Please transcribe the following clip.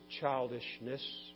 childishness